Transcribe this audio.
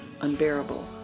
unbearable